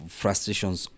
frustrations